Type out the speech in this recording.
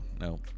no